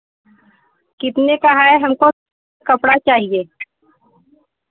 कितने का है हमको कपड़ा चाहिए